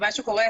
מה שקורה,